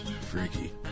freaky